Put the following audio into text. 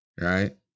Right